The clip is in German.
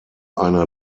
einer